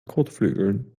kotflügeln